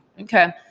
Okay